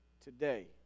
today